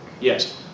Yes